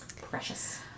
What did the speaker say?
precious